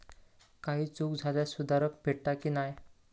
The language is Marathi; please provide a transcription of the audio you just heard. काही चूक झाल्यास सुधारक भेटता की नाय?